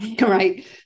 right